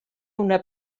una